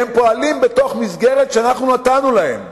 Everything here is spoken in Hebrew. הם פועלים בתוך מסגרת שאנחנו נתנו להם.